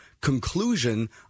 conclusion